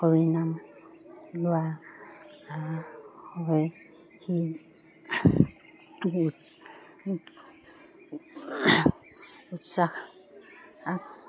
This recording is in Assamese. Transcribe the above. হৰিনাম লোৱা হয় সেই উৎসাহ